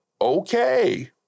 okay